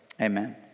amen